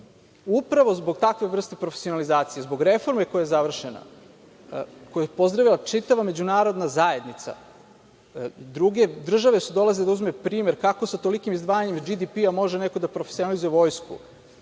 zbog takve vrste profesionalizacije, zbog reforme koja je završena, koju je pozdravila čitava Međunarodna zajednica, druge države su dolazile da uzmu primer kako se tolikim izdvajanjem BDP može neko da profesinalizuje